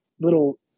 little